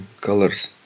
colors